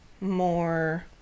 more